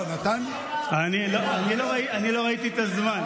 אני לא ראיתי את הזמן.